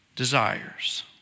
desires